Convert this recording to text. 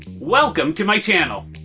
welcome to my channel.